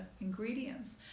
ingredients